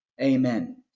Amen